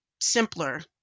simpler